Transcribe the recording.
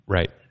Right